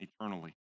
eternally